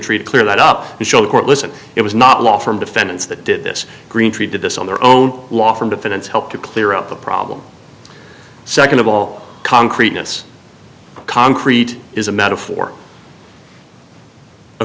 greentree clear that up and show the court listen it was not law from defendants that did this greentree did this on their own law from defendant's help to clear up the problem second of all concreteness concrete is a metaphor a